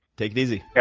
take it easy. yeah